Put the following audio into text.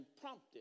prompted